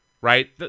Right